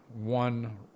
one